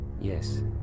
Yes